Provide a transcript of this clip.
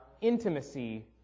intimacy